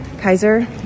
Kaiser